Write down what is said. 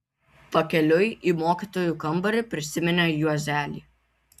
pakeliui į mokytojų kambarį prisiminė juozelį